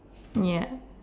ya